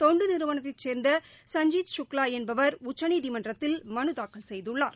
தொண்டுநிறுவனத்தைச் சேர்ந்த சஞ்ஜீத் சுக்வாஎன்பவர் உச்சநீதிமன்றத்தில் மனுதாக்கல் செய்துள்ளார்